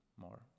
more